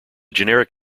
generic